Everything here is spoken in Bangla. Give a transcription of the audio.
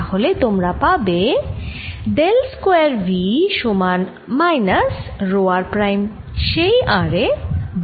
তাহলে তোমরা পাবে ডেল স্কয়ার V সমান মাইনাস রো r প্রাইম সেই r এ বাই এপসাইলন 0